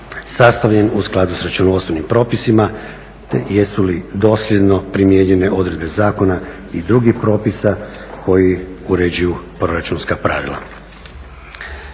sastavljen u skladu s računovodstvenim propisima te jesu li dosljedno primijenjene odredbe zakona i drugih propisa koji uređuju proračunska pravila.